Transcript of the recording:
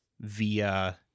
via